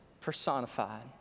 personified